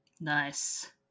Nice